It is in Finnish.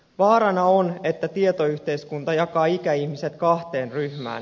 vaarana on että tietoyhteiskunta jakaa ikäihmiset kahteen ryhmään